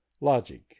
Logic